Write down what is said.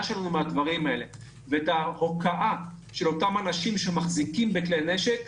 שלנו מן הדברים האלה ואת ההוקעה של אותם אנשים שמחזיקים בכדי נשק,